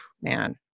man